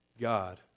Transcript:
God